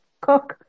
cook